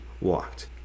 walked